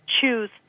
choose